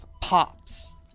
pops